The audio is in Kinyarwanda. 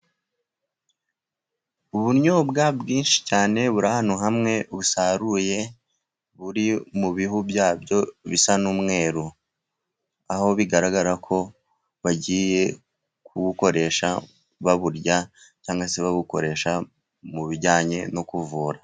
Ubunyobwa bwinshi cyane buri ahantu hamwe busaruye buri mu bihu byabwo bisa n'umweru, aho bigaragara ko bagiye kubukoresha baburya, cyangwa se babukoresha mu bijyanye no kuvura.